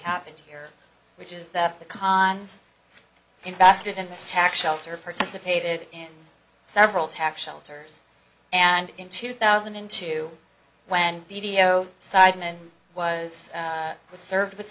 happened to her which is that the cons invested in the tax shelter participated in several tax shelters and in two thousand and two when video sidemen was served with